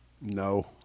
No